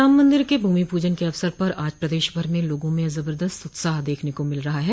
राम मंदिर के भूमि पूजन के अवसर पर आज प्रदेश भर में लोगों में जबर्दस्त उत्साह देखने को मिल रहा है